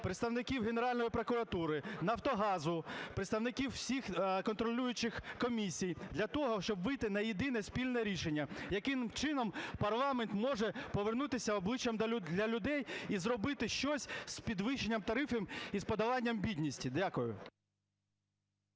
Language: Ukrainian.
представників Генеральної прокуратури, "Нафтогазу", представників всіх контролюючих комісій для того, щоб вийти на єдине спільне рішення, яким чином парламент може повернутися обличчям до людей і зробити щось з підвищенням тарифів і з подоланням бідності. Дякую.